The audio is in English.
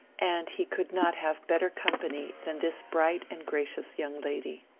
and he could not have better company than this bright and gracious young lady.